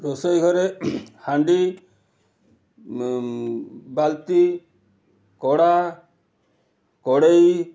ରୋଷେଇ ଘରେ ହାଣ୍ଡି ବାଲ୍ଟି କଡ଼ା କଢ଼େଇ